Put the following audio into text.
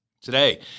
Today